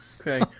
okay